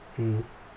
mmhmm